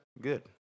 Good